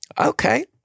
Okay